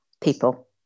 people